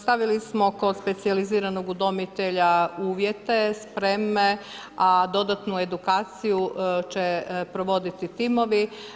Stavili smo kod specijaliziranog udomitelja uvjete, spremne, a dodatnu edukaciju, će provoditi timovi.